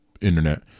Internet